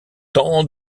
tant